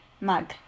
mug